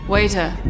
Waiter